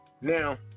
now